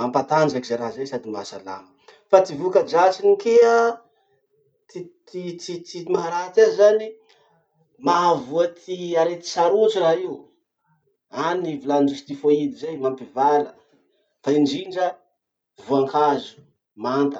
Mampatanjaky ze raha zay sady mahasalama. Fa ty vokadratsiny kea, ty ty ty ty maharatsy azy zany, mahavoa ty arety sarotsy raha io. Any volanindrozy typhoide zay mampivala, fa indrindra voankazo manta.